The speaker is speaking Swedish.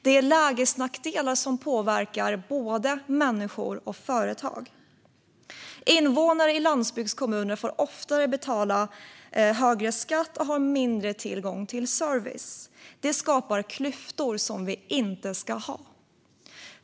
Det är lägesnackdelar som påverkar både människor och företag. Invånare i landsbygdskommuner får oftare betala högre skatter och har mindre tillgång till service. Det skapar klyftor som vi inte ska ha.